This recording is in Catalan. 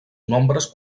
nombres